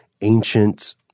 ancient